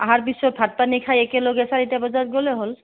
আহাৰ পিছত ভাত পানী খাই একেলগে চাৰিটা বজাত গ'লে হ'ল